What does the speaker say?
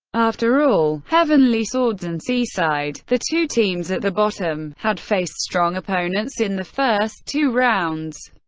after all, heavenly swords and seaside, the two teams at the bottom, had faced strong opponents in the first two rounds.